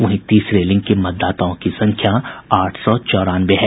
वहीं तीसरे लिंग के मतदाताओं की संख्या आठ सौ चौरानवे है